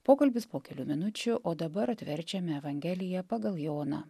pokalbis po kelių minučių o dabar atverčiame evangeliją pagal joną